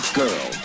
girl